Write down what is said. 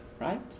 right